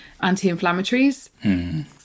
anti-inflammatories